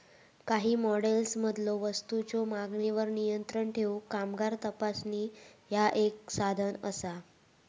काही मॉडेल्समधलो वस्तूंच्यो मागणीवर नियंत्रण ठेवूक कामगार तपासणी ह्या एक साधन असा